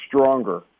stronger